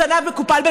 אני בזכות דיבור.